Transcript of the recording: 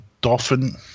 dolphin